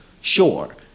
Sure